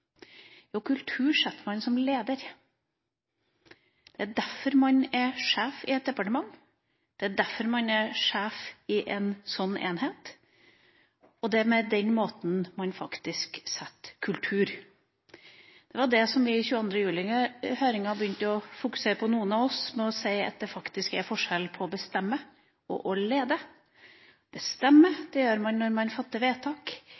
Jo, en kultur setter man som leder. Det er derfor man er sjef i et departement, det er derfor man er sjef i en sånn enhet, og det er på den måten man faktisk setter en kultur. Det var det som noen av oss begynte å fokusere på i 22. juli-høringa, med å si at det faktisk er en forskjell på å bestemme og å lede. Bestemme gjør man når man fatter vedtak.